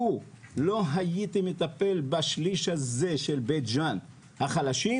לו לא הייתי מטפל בשליש הזה של בית ג'אן החלשים,